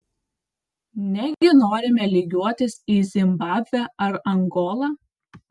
negi norime lygiuotis į zimbabvę ar angolą